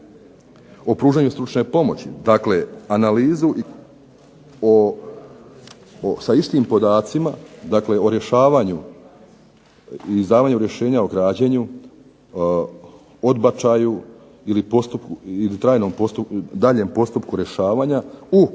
o pružanju stručne pomoći, dakle analizu sa istim podacima, dakle o rješavanju i izdavanju rješenja o građenju, odbačaju ili daljnjem postupku rješavanja